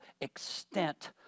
extent